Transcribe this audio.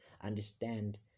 understand